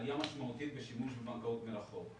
עלייה משמעותית בשימוש בבנקאות מרחוק.